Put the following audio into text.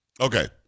Okay